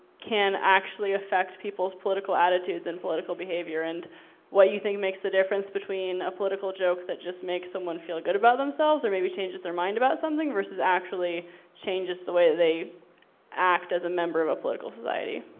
can actually affect people's political attitudes and political behavior, and what you think makes the difference between a political joke that just makes someone feel good about themselves, or maybe changes their mind about something, versus actually changes the way that they act, as a member of a political society.